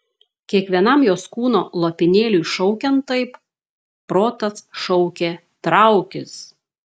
kiekvienam jos kūno lopinėliui šaukiant taip protas šaukė traukis